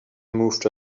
moved